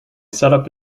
setup